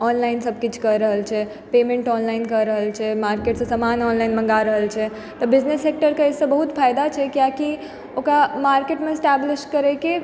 online सब किछु कऽ रहल छै पेमेन्ट ऑनलाइन कऽ रहल छै मार्केट सऽ समान ऑनलाइन मंगा रहल छै तऽ बिजनेस सेक्टरके एहि सऽ बहुत फायदा छै कियाकि ओकरा मार्केटमे स्टाब्लिश करय के